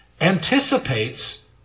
anticipates